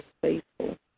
faithful